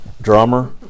drummer